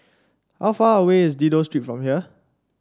how far away is Dido Street from here